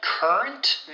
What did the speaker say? Current